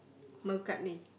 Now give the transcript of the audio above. McCartney